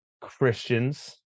Christians